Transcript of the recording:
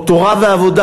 או תורה ועבודה.